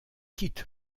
quitte